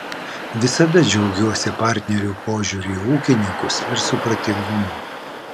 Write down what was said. visada džiaugiuosi partnerių požiūriu į ūkininkus ir supratingumu